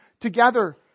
together